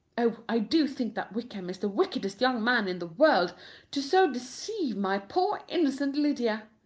oh, i do think that wickham is the wickedest young man in the world to so deceive my poor innocent lydia.